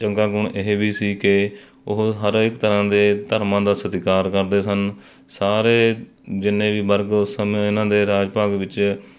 ਚੰਗਾ ਗੁਣ ਇਹ ਵੀ ਸੀ ਕਿ ਉਹ ਹਰ ਇੱਕ ਤਰ੍ਹਾਂ ਦੇ ਧਰਮਾਂ ਦਾ ਸਤਿਕਾਰ ਕਰਦੇ ਸਨ ਸਾਰੇ ਜਿੰਨੇ ਵੀ ਵਰਗ ਉਸ ਸਮੇਂ ਉਹਨਾਂ ਦੇ ਰਾਜ ਭਾਗ ਵਿੱਚ